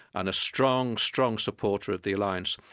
and a strong, strong supporter of the alliance.